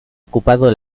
ocupado